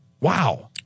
Wow